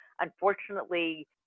Unfortunately